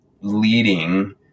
leading